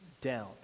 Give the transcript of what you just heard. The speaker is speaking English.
down